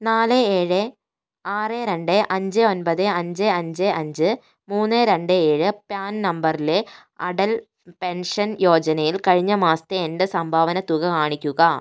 നാല് ഏഴ് ആറ് രണ്ട് അഞ്ച് ഒൻപത് അഞ്ച് അഞ്ച് അഞ്ച് മൂന്ന് രണ്ട് ഏഴ് പാൻ നമ്പറിലേ അടൽ പെൻഷൻ യോജനയിൽ കഴിഞ്ഞ മാസത്തെ എൻ്റെ സംഭാവന തുക കാണിക്കുക